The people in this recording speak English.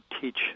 teach